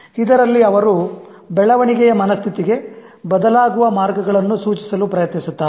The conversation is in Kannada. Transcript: ಇದರಲ್ಲಿ ಅವರು ಬೆಳವಣಿಗೆಯ ಮನಸ್ಥಿತಿಗೆ ಬದಲಾಗುವ ಮಾರ್ಗಗಳನ್ನು ಸೂಚಿಸಲು ಪ್ರಯತ್ನಿಸುತ್ತಾರೆ